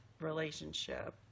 relationship